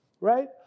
right